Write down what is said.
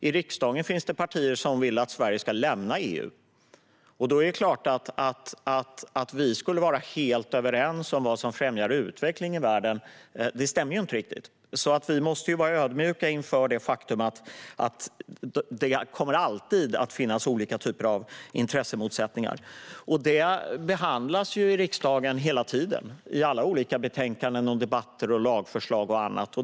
Samtidigt finns det i riksdagen partier som vill att Sverige ska lämna EU. Då kan vi inte vara helt överens om vad som främjar utveckling i världen. Vi måste vara ödmjuka inför det faktum att det alltid kommer att finnas intressemotsättningar. De behandlas ju i riksdagen hela tiden, i alla betänkanden, debatter, lagförslag och annat.